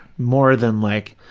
more than like,